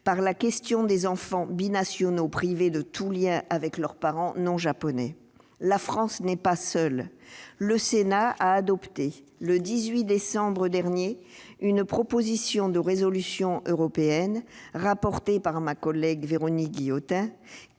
par la question des enfants binationaux privés de tout lien avec leur parent non japonais. La France n'est pas seule. Le Sénat a adopté, le 18 décembre dernier, une proposition de résolution européenne, dont ma collègue Véronique Guillotin